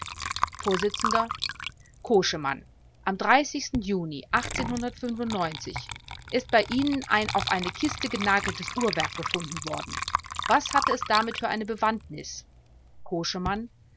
vors koschemann am juni ist bei ihnen ein auf eine kiste genageltes uhrwerk gefunden worden was hatte es damit für eine bewandtnis koschemann